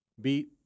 beat